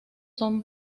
son